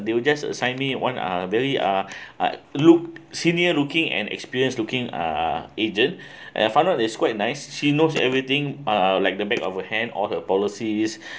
they will just assigned me one uh really uh looked senior looking and experience looking uh agent and found not that's quite nice she knows everything uh like the back of a hand all her policies